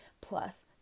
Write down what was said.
plus